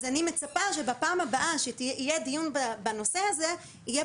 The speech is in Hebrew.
אז אני מצפה שבפעם הבאה שיהיה דיון בנושא הזה יהיה